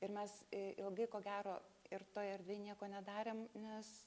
ir mes i ilgai ko gero ir toj erdvėj nieko nedarėm nes